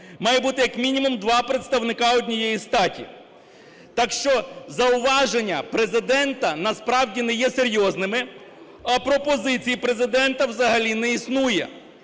має бути як мінімум два представника однієї статі. Так що зауваження Президента насправді не є серйозними, а пропозицій Президента взагалі не існує.